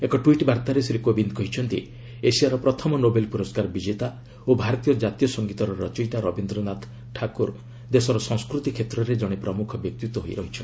ଏକ ଟ୍ୱିଟ୍ ବାର୍ତ୍ତାରେ ଶ୍ରୀ କୋବିନ୍ଦ୍ କହିଛନ୍ତି ଏସିଆର ପ୍ରଥମ ନୋବେଲ୍ ପୁରସ୍କାର ବିଜେତା ଓ ଭାରତୀୟ ଜାତୀୟ ସଙ୍ଗୀତର ରଚୟିତା ରବୀନ୍ଦ୍ରନାଥ ଠାକୁର ଦେଶର ସଂସ୍କୃତି କ୍ଷେତ୍ରରେ ଜଣେ ପ୍ରମୁଖ ବ୍ୟକ୍ତିତ୍ୱ ହୋଇ ରହିଛନ୍ତି